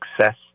success